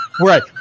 right